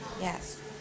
Yes